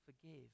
forgive